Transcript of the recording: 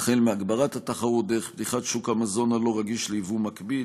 הגברת התחרות דרך פתיחת שוק המזון הלא-רגיש ליבוא מקביל,